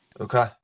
Okay